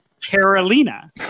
Carolina